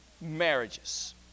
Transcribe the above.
marriages